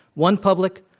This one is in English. one public,